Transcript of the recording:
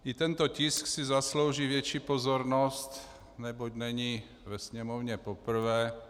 I tento tisk si zaslouží větší pozornost, neboť není ve Sněmovně poprvé.